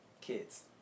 Kids